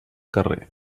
carrer